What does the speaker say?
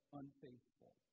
unfaithful